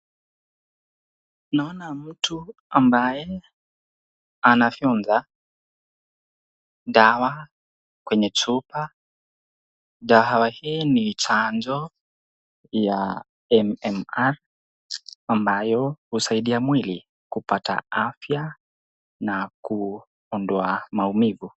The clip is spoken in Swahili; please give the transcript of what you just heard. Naona mtu ambaye anafyonza dawa kwenye chupa, dawa hii ni chanjo ya MMR ambayo husaidia mwili kupata afya na kuondoa maumivu.